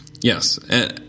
Yes